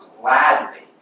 gladly